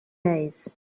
days